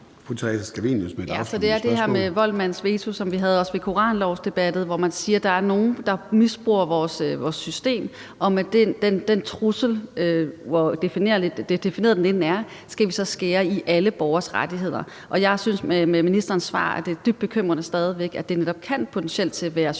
Så det er det her med voldsmandens veto, som vi også havde det ved koranlovsdebatten, hvor man siger, at der er nogle, der misbruger vores system, og at vi med den trussel, der er, hvor definerbar den så end er, så skal skære i alle borgeres rettigheder. Og jeg synes med ministerens svar stadig væk det er dybt bekymrende, at det netop potentielt set kan være